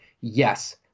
yes